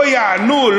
לא יענו,